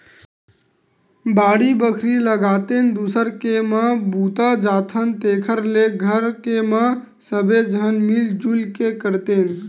बाड़ी बखरी लगातेन, दूसर के म बूता जाथन तेखर ले घर के म सबे झन मिल जुल के करतेन